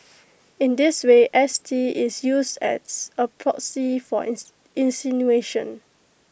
in this way S T is used as A proxy for insinuation